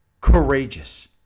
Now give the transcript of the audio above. courageous